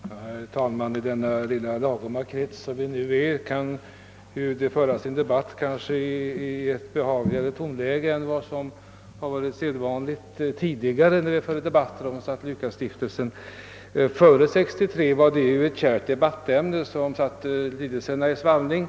Herr talman! I denna lilla krets, som vi nu utgör, skulle vi kanske kunna föra en debatt i ett något behagligare tonläge än som tidigare varit fallet när vi debatterat S:t Lukasstiftelsen. Före 1963 var S:t Lukasstiftelsen ett kärt debattämne som satte lidelserna i svallning.